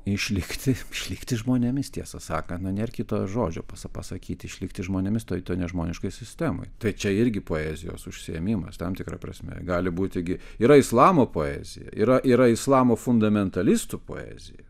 išlikti išlikti žmonėmis tiesą sakant na nėr kito žodžio pasa pasakyti išlikti žmonėmis toj nežmoniškoj sistemoj tai čia irgi poezijos užsiėmimas tam tikra prasme gali būti gi yra islamo poezija yra yra islamo fundamentalistų poezija